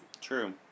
True